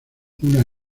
una